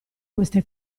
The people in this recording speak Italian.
queste